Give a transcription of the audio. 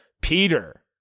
Peter